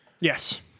Yes